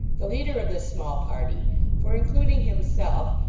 the leader of this small party for, including himself,